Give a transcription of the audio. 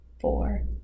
four